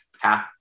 half